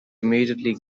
immediately